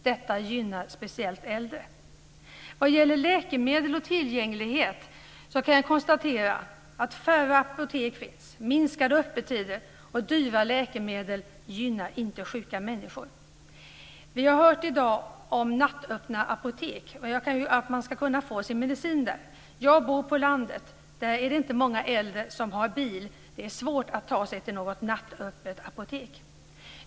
Detta gynnar speciellt äldre. När det gäller läkemedel och tillgänglighet kan jag konstatera att färre apotek, minskade öppettider och dyra läkemedel inte gagnar sjuka människor. Vi har i dag hört om att man ska kunna hämta ut medicin på nattöppna apotek. Jag bor på landet. Där är det inte många äldre som har bil. Det är svårt för dem att ta sig till något nattöppet apotek.